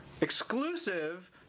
exclusive